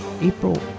April